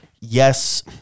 yes